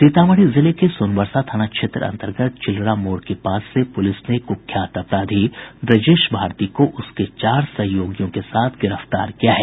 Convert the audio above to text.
सीतामढ़ी जिले के सोनबरसा थाना क्षेत्र अन्तर्गत चिलरा मोड़ के पास से पुलिस ने कुख्यात अपराधी ब्रजेश भारती को उसके चार सहयोगियों के साथ गिरफ्तार किया है